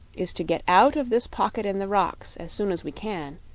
is to get out of this pocket in the rocks as soon as we can,